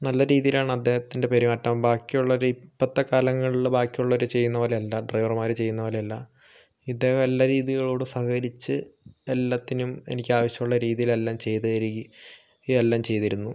നല്ല രീതിയിലാണ് അദ്ദേഹത്തിൻ്റെ പെരുമാറ്റം ബാക്കിയുള്ളോര് ഇപ്പത്തെ കാലങ്ങളില് ബാക്കിയുള്ളോര് ചെയ്യുന്നപോലെ അല്ല ഡ്രൈവർമാര് ചെയ്യുന്നപോലെയല്ല ഇദ്ദേഹം എല്ലാ രീതികളോടും സഹകരിച്ചു എല്ലാത്തിനും എനിക്ക് ആവശ്യുള്ള രീതിയിലെല്ലാം ചെയ്തു തരുകയും എല്ലാം ചെയ്തുതരുന്നു